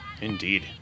Indeed